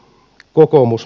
kokoomus